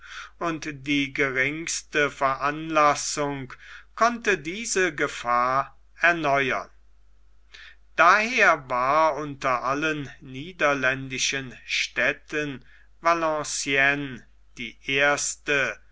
und die geringste veranlassung konnte diese gefahr erneuern daher war unter allen niederländischen städten valenciennes die erste